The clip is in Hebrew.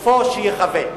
סופו שייכווה.